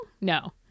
No